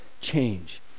change